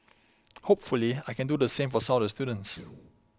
hopefully I can do the same for some of the students